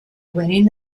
winning